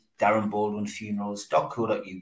darrenbaldwinfunerals.co.uk